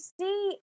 see